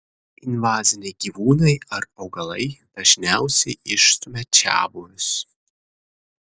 invaziniai gyvūnai ar augalai dažniausiai išstumia čiabuvius